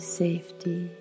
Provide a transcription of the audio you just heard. safety